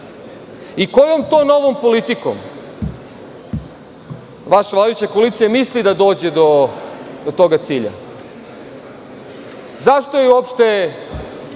Kojom to novom politikom vaša vladajuća koalicija misli da dođe do tog cilja? Zašto je uopšte